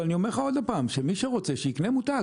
ואני אומר לך עוד פעם שמי שרוצה שייקנה מותג,